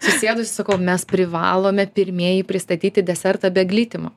atsisėdusi sakau mes privalome pirmieji pristatyti desertą be glitimo